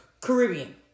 Caribbean